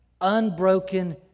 unbroken